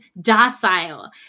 docile